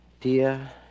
Dear